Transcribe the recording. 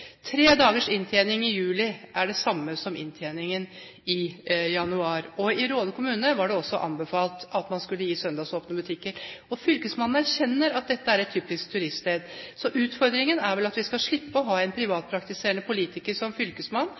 Tre dagers inntjening i juli er det samme som inntjeningen i januar. I Råde kommune var det også anbefalt at man skulle ha søndagsåpne butikker. Fylkesmannen erkjenner at dette er et typisk turiststed. Så utfordringen er vel at vi skal slippe å ha en privatpraktiserende politiker som fylkesmann,